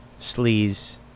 sleaze